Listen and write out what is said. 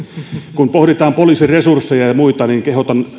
kun pohditaan poliisin resursseja ja ja muita niin kehotan